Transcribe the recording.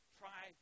try